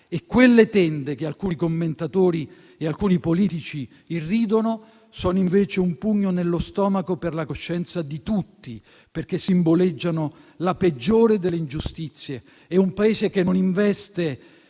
Quelle tende che alcuni commentatori e alcuni politici irridono sono invece un pugno nello stomaco per la coscienza di tutti, perché simboleggiano la peggiore delle ingiustizie. Un Paese che non investe